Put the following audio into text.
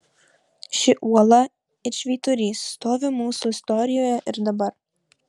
ši uola it švyturys stovi mūsų istorijoje ir dabar